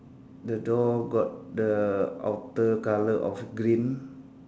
the door got the outer colour of green